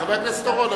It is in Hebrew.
חבר הכנסת אורון,